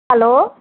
hello